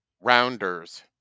Rounders